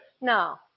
No